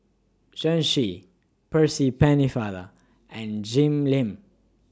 Chen Shiji Percy Pennefather and Jim Lim